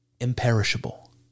imperishable